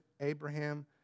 Abraham